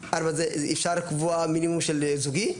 אפשר קבועה מינימום של זוגי?